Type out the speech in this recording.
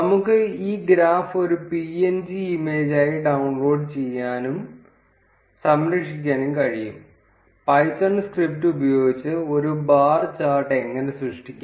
നമുക്ക് ഈ ഗ്രാഫ് ഒരു png ഇമേജായി ഡൌൺലോഡ് ചെയ്യാനും സംരക്ഷിക്കാനും കഴിയും പൈത്തൺ സ്ക്രിപ്റ്റ് ഉപയോഗിച്ച് ഒരു ബാർ ചാർട്ട് എങ്ങനെ സൃഷ്ടിക്കാം